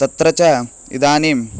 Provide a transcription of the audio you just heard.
तत्र च इदानीं